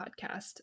podcast